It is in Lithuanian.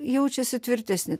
jaučiasi tvirtesni